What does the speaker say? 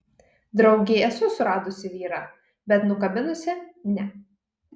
draugei esu suradusi vyrą bet nukabinusi ne